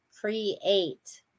create